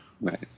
right